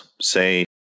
say